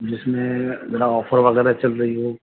جس میں ذرا آفر وغیرہ چل رہی ہو